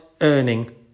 earning